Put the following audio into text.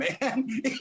man